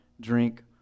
Drink